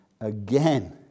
again